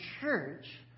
church